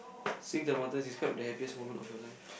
sing to the mountains describe the happiest moment of your life